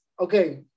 okay